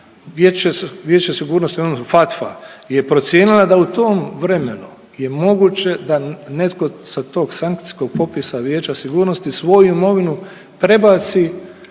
Vijeće sigurnosti odnosno FATFA je procijenila da u tom vremenu je moguće da netko sa tog sankcijskog popisa Vijeća sigurnosti svoju imovinu prebaci